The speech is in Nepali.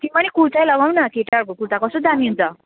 तिमी पनि कुर्ता लगाउन केटाहरूको कुर्ता कस्तो दामी हुन्छ